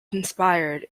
inspired